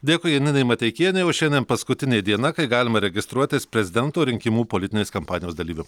dėkui janinai mateikienei o šiandien paskutinė diena kai galima registruotis prezidento rinkimų politinės kampanijos dalyviu